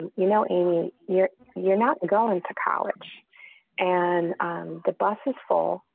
and you know, amy, you're, you're not going to college and the bus is full.